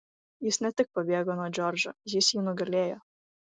jis ne tik pabėgo nuo džordžo jis jį nugalėjo